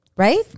right